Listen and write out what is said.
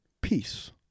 peace